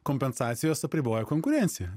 kompensacijos apriboja konkurenciją